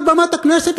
על במת הכנסת,